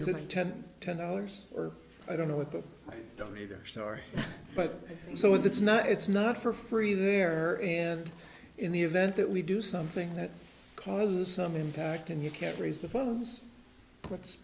is it ten ten dollars or i don't know what the donator sorry but so that's not it's not for free there and in the event that we do something that causes some impact and you can't raise the bones let's